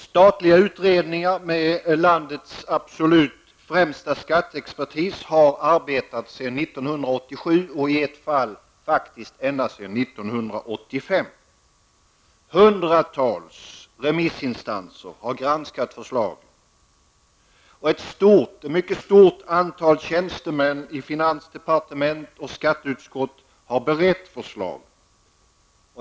Statliga utredningar -- med landets absolut främsta skatteexpertis -- har arbetat sedan 1987, och i ett fall ända sedan 1985. Hundratals remissinstanser har granskat förslagen. Ett mycket stort antal tjänstemän i finansdepartementet och i skatteutskottet har berett förslagen.